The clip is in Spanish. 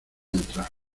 entrar